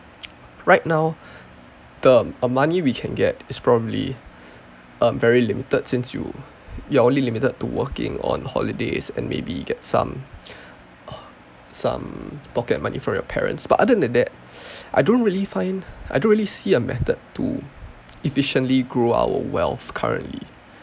right now the m~ money we can get is probably um very limited since you you're only limited to working on holidays and maybe get some some pocket money from your parents but other than that I don't really find I don't really see a method to efficiently grow our wealth currently